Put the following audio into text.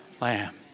lamb